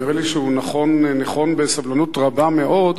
נראה לי שהוא ניחן בסבלנות רבה מאוד,